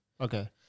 Okay